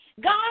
God